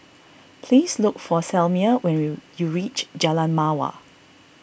please look for Selmer when you reach Jalan Mawar